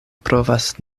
provas